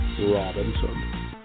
robinson